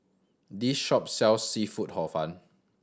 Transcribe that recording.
this shop sells seafood Hor Fun